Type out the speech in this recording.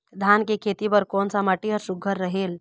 धान के खेती बर कोन सा माटी हर सुघ्घर रहेल?